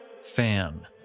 fan